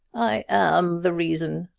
i am the reason!